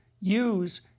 Use